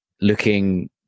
looking